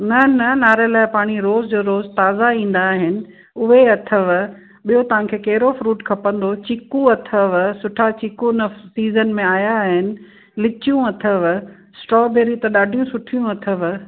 न न नारियल जो पाणी रोज़ जो रोज़ ताज़ा ईंदा आहिनि उहे अथव ॿियो तव्हां खे कहिड़ो फ़्रूट खपंदो चीकू अथव सुठा चीकू हिन सीज़न में आया आहिन लीचियूं अथव स्ट्रॉबेरियूं त ॾाढी सुठियूं अथव